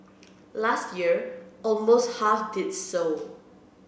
last year almost half did so